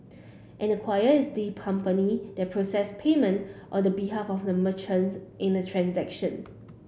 an acquirer is the company that process payment on the behalf of the merchant in a transaction